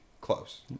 close